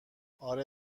آره